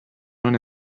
non